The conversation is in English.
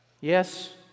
Yes